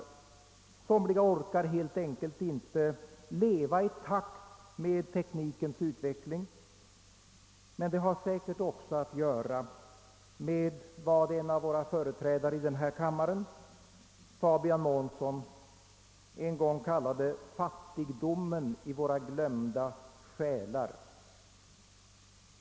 Många människor orkar säkerligen helt enkelt inte leva i takt med teknikens utveckling. Men sjukdomssymtomen har säkert också att göra med vad en tidigare ledamot av denna kammare, Fabian Månsson, en gång kallade »fattigdomen i våra glömda själar».